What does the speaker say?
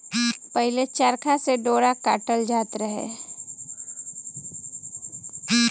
पहिले चरखा से डोरा काटल जात रहे